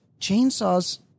chainsaw's